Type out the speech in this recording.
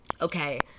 okay